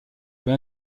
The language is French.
peut